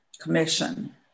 commission